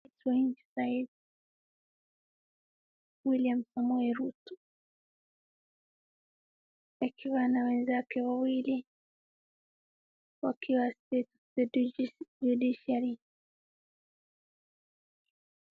Rais wa sahii William samoei ruto akiwa na wenzake wawili, wakiwa the Judiciary .